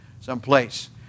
someplace